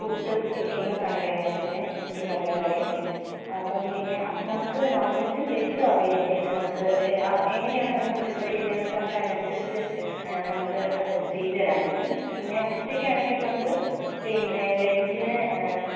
puttu puttu famous ആണ് കേരളത്തിൻ്റെ പുട്ടും കടലക്കറിയും അപ്പോൾ പിന്നെ നമുക്ക് നോൺ വെജ്ജും വെജ്ജും ആവൈ പിന്നെ നമുക്ക് ആ എങ്ങനെയാണ് നിങ്ങൾ പ്രിഫർ ചെയ്യുന്നതെന്ന് വെച്ചാൽ നമുക്കത് അനുസരിച്ച് നമുക്ക് അത് ചെയ്ത് തരാൻ പറ്റും പിന്നെ ഉച്ചക്കാണെങ്കിൽ നമുക്ക് പിന്നെ ലഞ്ചിന്